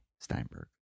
Steinberg